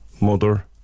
mother